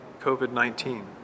COVID-19